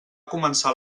començar